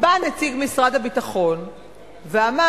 בא נציג משרד הביטחון ואמר: